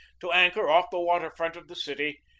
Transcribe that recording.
to anchor off the water-front of the city,